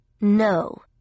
No